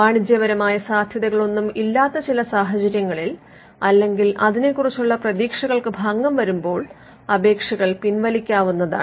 വാണിജ്യപരമായ സാധ്യതകളൊന്നും ഇല്ലാത്ത ചില സാഹചര്യങ്ങളിൽ അല്ലെങ്കിൽ അതിനെ കുറിച്ചുള്ള പ്രതീക്ഷക്കൾക്ക് ഭംഗം വരുമ്പോൾ അപേക്ഷകൾ പിൻവലിക്കാവുന്നതാണ്